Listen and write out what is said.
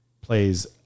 plays